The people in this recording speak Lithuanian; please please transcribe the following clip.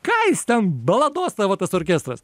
ką jis ten balados tavo tas orkestras